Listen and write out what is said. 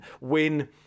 win